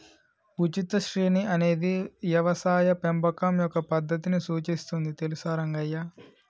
ఉచిత శ్రేణి అనేది యవసాయ పెంపకం యొక్క పద్దతిని సూచిస్తుంది తెలుసా రంగయ్య